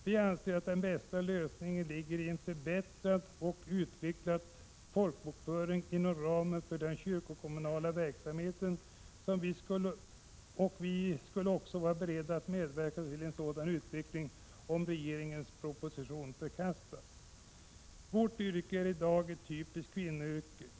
Vi anser att den bästa lösningen ligger i en förbättrad och utvecklad folkbokföring inom ramen för den kyrkokommunala verksamheten och vi skulle också vara beredda att medverka i en sådan utveckling om regeringens proposition förkastas. Vårt yrke är i dag ett typiskt kvinnoyrke.